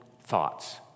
thoughts